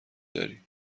داری